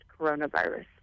coronavirus